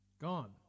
Gone